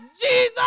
Jesus